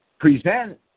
present